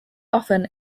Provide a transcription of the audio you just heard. often